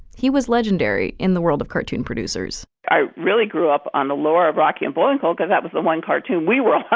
he was legendary in the world of cartoon producers i really grew up on the lower of rocky and bullwinkle because that was the one cartoon we were.